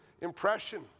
impression